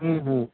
হুম হুম